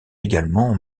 également